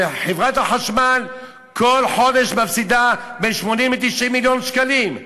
חברת החשמל כל חודש מפסידה בין 80 ל-90 מיליון שקלים,